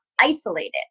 isolated